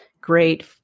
great